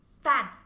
Fan